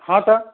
ହଁ ତ